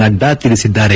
ನಡ್ಡಾ ತಿಳಿಸಿದ್ದಾರೆ